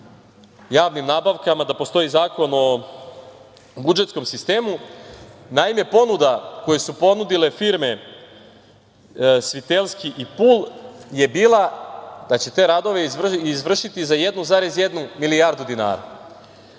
javnim nabavkama i da postoji Zakon o budžetskom sistemu, naime , ponuda koje su ponudile firme „Svitelski i Pul“, je bila da će te radove izvršiti za 1,1 milijardu dinara.